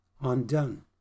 undone